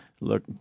Look